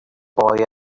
boy